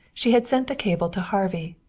she had sent the cable to harvey.